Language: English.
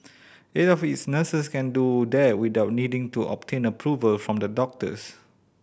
eight of its nurses can do that without needing to obtain approval from the doctors